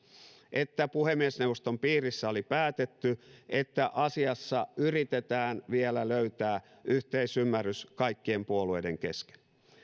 että puhemiesneuvoston piirissä oli päätetty että asiassa yritetään vielä löytää yhteisymmärrys kaikkien puolueiden kesken